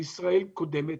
על ישראל קודמת,